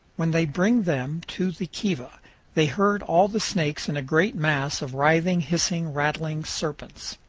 when they bring them to the kiva they herd all the snakes in a great mass of writhing, hissing, rattling serpents.